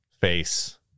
face